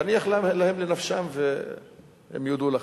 תניח להם לנפשם והם יודו לך.